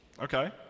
Okay